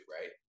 right